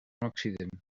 accident